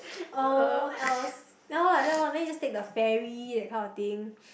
uh what else ya lor like that lor then you just take the ferry that kind of thing